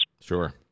Sure